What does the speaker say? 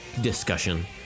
discussion